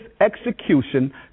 execution